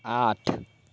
आठ